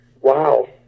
wow